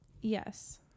Yes